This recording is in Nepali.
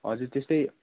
हजुर त्यस्तै